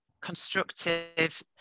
constructive